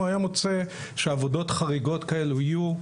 הוא היה מוצא שעבודות חריגות כאלה יהיו,